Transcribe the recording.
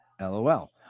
LOL